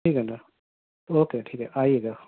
ٹھیک ہے نا اوکے ٹھیک ہے آئیے گا